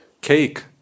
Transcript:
cake